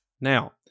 Now